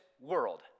world